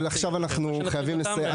אנחנו חייבים לסיים.